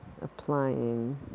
applying